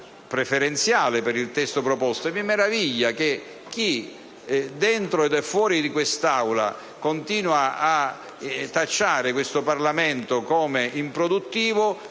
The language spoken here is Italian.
preferenziale al testo proposto. Mi meraviglia che chi dentro e fuori quest'Aula continua a tacciare il Parlamento di improduttività